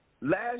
last